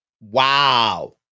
Wow